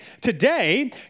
today